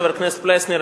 חבר הכנסת פלסנר,